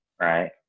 right